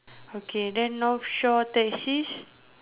okay then north shore taxis